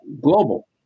global